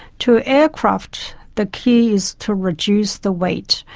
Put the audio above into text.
to aircraft the key is to reduce the weight.